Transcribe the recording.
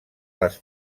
les